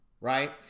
right